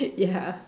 ya